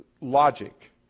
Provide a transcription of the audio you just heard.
logic